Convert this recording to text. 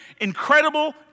incredible